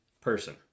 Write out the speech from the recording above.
person